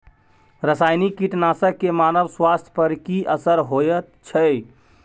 रसायनिक कीटनासक के मानव स्वास्थ्य पर की असर होयत छै?